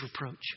reproach